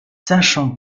sachant